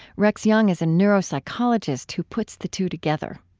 rex jung is a neuropsychologist who puts the two together.